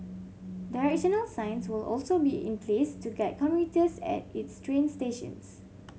directional signs will also be in place to guide commuters at its train stations